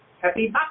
Happy